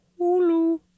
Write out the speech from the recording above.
Hulu